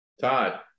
Todd